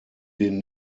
den